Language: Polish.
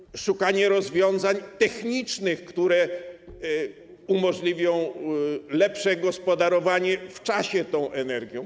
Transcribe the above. Chodzi o szukanie rozwiązań technicznych, które umożliwią lepsze gospodarowanie w czasie tą energią.